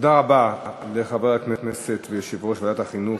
תודה רבה לחבר הכנסת ויושב-ראש ועדת החינוך,